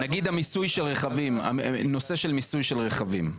נגיד הנושא של מיסוי הרכבים.